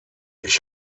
ich